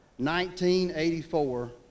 1984